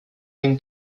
ein